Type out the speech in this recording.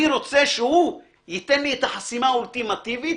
אני רוצה שהוא ייתן לי את החסימה האולטימטיבית.